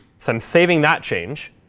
so i'm saving that change.